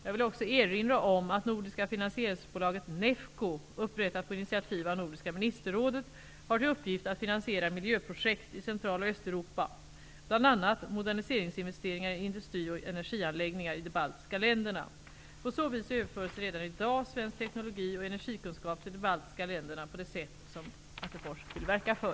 Jag vill också erinra om att Nordiska finansieringsbolaget NEFCO, upprättat på initiativ av Nordiska ministerrådet, har till uppgift att finansiera miljöprojekt i Central och Östeuropa, bl.a. På så vis överförs redan i dag svensk teknologi och energikunskap till de baltiska länderna på det sätt som Attefors vill verka för.